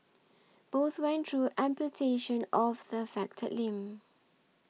both went through amputation of the affected limb